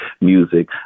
music